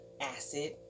acid